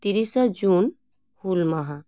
ᱛᱤᱨᱤᱥᱟ ᱡᱩᱱ ᱦᱩᱞ ᱢᱟᱦᱟ